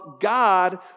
God